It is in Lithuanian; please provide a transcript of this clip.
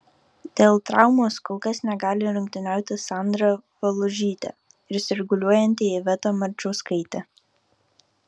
dėl traumos kol kas negali rungtyniauti sandra valužytė ir sirguliuojanti iveta marčauskaitė